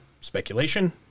speculation